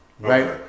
right